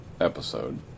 episode